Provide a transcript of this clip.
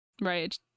right